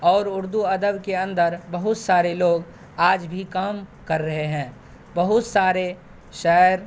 اور اردو ادب کے اندر بہت سارے لوگ آج بھی کام کر رہے ہیں بہت سارے شاعر